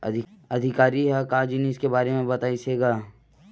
अधिकारी ह का जिनिस के बार म बतईस हे गा?